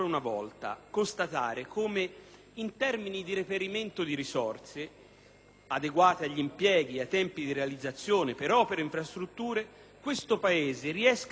adeguate agli impieghi e ai tempi di realizzazione per opere e infrastrutture, questo Paese riesca a rimanere in pari con gli altri Paesi sviluppati solo quando esce